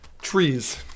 trees